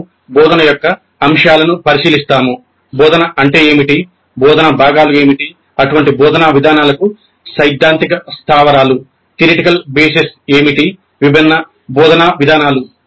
మేము బోధన యొక్క అంశాలను పరిశీలిస్తాము బోధన అంటే ఏమిటి బోధనా భాగాలు ఏమిటి అటువంటి బోధనా విధానాలకు సైద్ధాంతిక స్థావరాలు ఏమిటి విభిన్న బోధనా విధానాలు